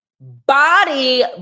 body